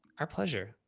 our pleasure.